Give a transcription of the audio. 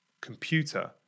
computer